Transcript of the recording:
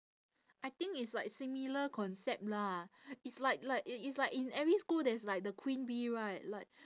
I think it's like similar concept lah it's like like i~ it's like in every school there's like the queen bee right like